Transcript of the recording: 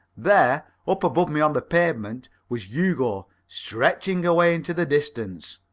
there, up above me on the pavement, was hugo, stretching away into the distance.